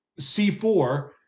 C4